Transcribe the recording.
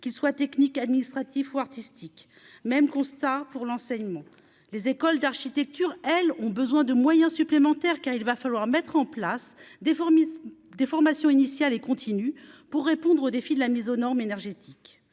qu'ils soient techniques, administratifs ou artistiques, même constat pour l'enseignement, les écoles d'architecture, elles ont besoin de moyens supplémentaires, car il va falloir mettre en place des fourmis, des formations initiales et continues pour répondre au défi de la mise aux normes énergétiques